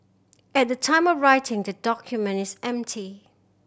at the time of writing the document is empty